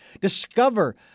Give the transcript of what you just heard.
Discover